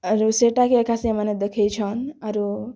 ଆରୁ ସେଟାକେ ଏକା ସେମାନେ ଦେଖେଇଛନ୍ ଆରୁ